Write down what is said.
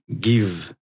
give